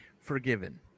Forgiven